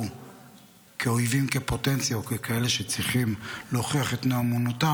כאויבים בפוטנציה או ככאלה שצריכים להוכיח את נאמנותם.